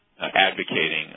Advocating